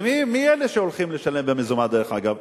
ומי אלה שהולכים לשלם במזומן, דרך אגב?